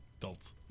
adults